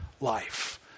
life